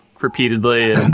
repeatedly